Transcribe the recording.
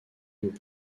aux